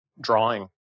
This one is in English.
drawing